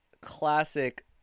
classic